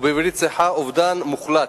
ובעברית צחה: "אובדן מוחלט"